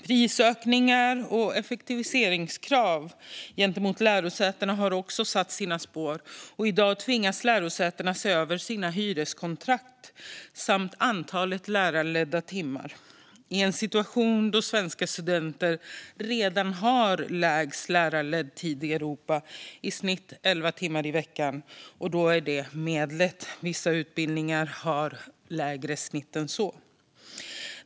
Prisökningar och effektiviseringskrav gentemot lärosätena har också satt sina spår. I dag tvingas lärosätena se över sina hyreskontrakt och antalet lärarledda timmar, i en situation där svenska studenter redan har lägst lärarledd tid i Europa, i snitt elva timmar i veckan - och då är det medlet; vissa utbildningar har lägre snitt än så.